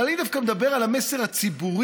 אבל אני דווקא מדבר על המסר הציבורי,